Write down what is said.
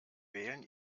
wählen